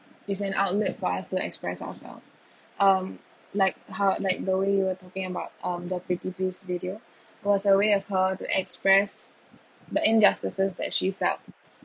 is an outlet for us to express ourselves um like how like the way you were talking about um the B_T_P video was a way of her to express the injustices that she felt